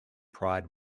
pride